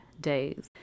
Days